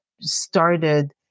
started